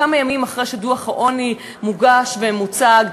כמה ימים אחרי שדוח העוני מוגש ומוצג,